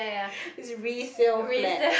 it's resale flat